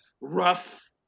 rough